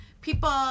people